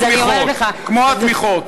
50% מזה, כמו התמיכות.